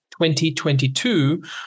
2022